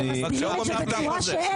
אתם מסדירים את זה בצורה שאין נבצרות.